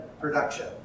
production